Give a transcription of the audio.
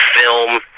film